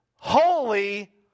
holy